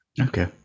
okay